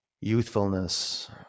youthfulness